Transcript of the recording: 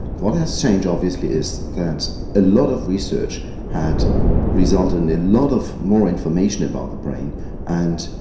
what has changed obviously is that a lot of research had resulted in a lot of more information about the brain and,